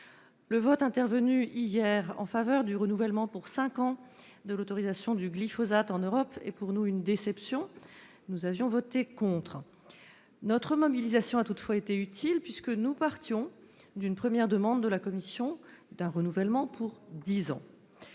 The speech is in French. le vote intervenu hier en faveur du renouvellement pour cinq ans de l'autorisation du glyphosate est pour nous une déception. Nous avions voté contre. Notre mobilisation a toutefois été utile, puisque nous partions d'une première demande de la Commission en faveur d'un renouvellement pour dix ans.